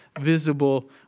visible